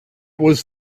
was